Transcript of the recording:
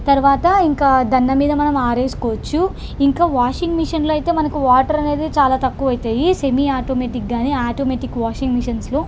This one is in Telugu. తర్వాత ఇంకా దండం మీద మనం ఆరేసుకోవచ్చు ఇంకా వాషింగ్ మిషన్లో అయితే మనకు వాటర్ అనేది చాలా తక్కువ అవుతాయి సెమీ ఆటోమేటిక్ కానీ ఆటోమేటిక్ వాషింగ్ మిషన్స్లో